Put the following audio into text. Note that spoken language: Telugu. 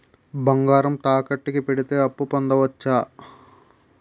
బంగారం తాకట్టు కి పెడితే అప్పు పొందవచ్చ?